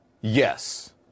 yes